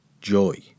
joy